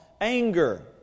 anger